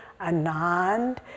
Anand